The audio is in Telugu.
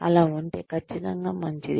అలా ఉంటే ఖచ్చితంగా మంచిది